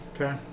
Okay